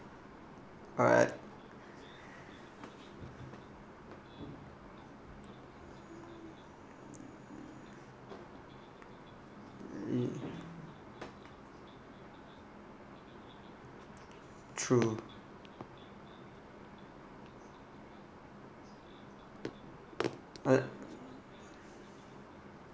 alright mm true uh